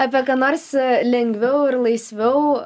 apie ką nors lengviau ir laisviau